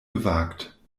gewagt